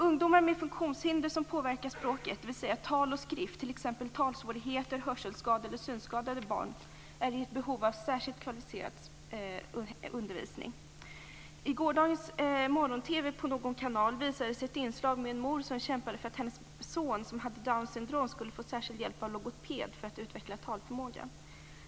Ungdomar med funktionshinder som påverkar språket, dvs. tal och skrift, t.ex. talsvårigheter, hörselskadade eller synskadade barn, är i behov av särskild kvalificerad undervisning. I gårdagens morgon-TV visades i en kanal ett inslag med en mor som kämpade för att hennes son som hade Downs syndrom skulle få särskild hjälp av logoped för att utveckla talförmågan.